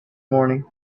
morning